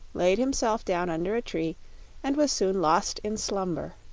laid himself down under a tree and was soon lost in slumber.